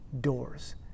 doors